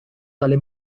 dalle